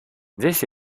this